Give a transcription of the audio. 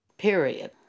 Period